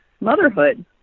motherhood